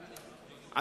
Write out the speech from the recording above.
אדוני,